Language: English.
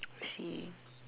I see